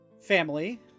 family